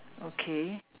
okay